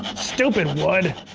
stupid wood!